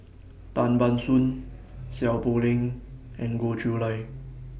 Tan Ban Soon Seow Poh Leng and Goh Chiew Lye